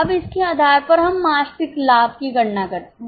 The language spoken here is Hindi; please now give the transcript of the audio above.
अब इसके आधार पर हम मासिक लाभ की गणना करते हैं